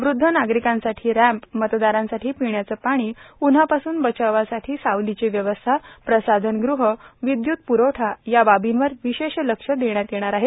वध्द नागरिकांसाठी रॅम्प मतदारांसाठी पिण्याचे पाणी उन्हापासून बचावासाठी सावलीची व्यवस्था प्रसाधनग्रह विद्य्त प्रवठा या बाबींवर विशेष लक्ष देण्यात येणार आहे